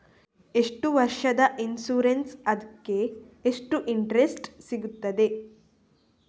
ಎಷ್ಟು ವರ್ಷದ ಇನ್ಸೂರೆನ್ಸ್ ಅದಕ್ಕೆ ಎಷ್ಟು ಇಂಟ್ರೆಸ್ಟ್ ಸಿಗುತ್ತದೆ?